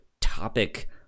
topic